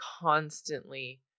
constantly